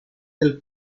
del